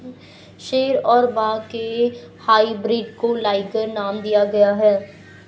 शेर और बाघ के हाइब्रिड को लाइगर नाम दिया गया है